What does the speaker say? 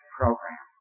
program